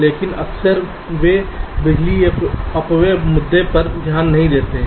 लेकिन अक्सर वे बिजली अपव्यय मुद्दे पर ध्यान नहीं देते हैं